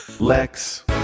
Lex